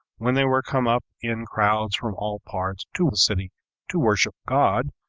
when they were come up in crowds from all parts to the city to worship god,